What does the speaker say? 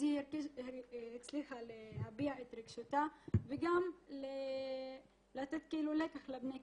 אז היא הצליח להביע את רגשותיה וגם לתת --- לבני כיתתה.